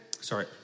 sorry